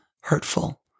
hurtful